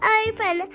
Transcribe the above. open